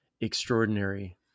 extraordinary